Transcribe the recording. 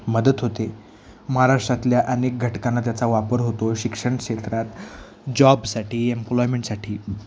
मदत होते महाराष्ट्रातल्या अनेक घटकांना त्याचा वापर होतो शिक्षण क्षेत्रात जॉबसाठी एम्प्लॉयमेंटसाठी